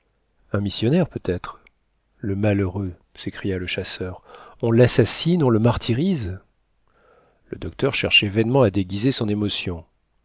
un missionnaire peut-être le malheureux s'écria le chasseur on l'assassine on le martyrise le docteur cherchait vainement à déguiser son émotion